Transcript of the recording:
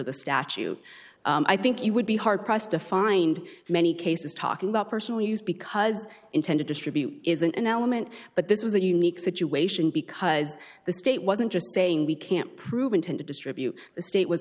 the statute i think you would be hard pressed to find many cases talking about personal use because intended distribute is an element but this was a unique situation because the state wasn't just saying we can't prove intent to distribute the state w